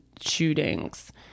shootings